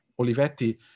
Olivetti